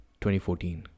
2014